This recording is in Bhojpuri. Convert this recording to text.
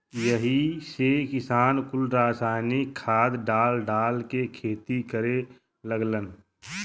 यही से किसान कुल रासायनिक खाद डाल डाल के खेती करे लगलन